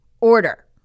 order